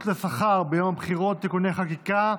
לשכר ביום הבחירות (תיקוני חקיקה),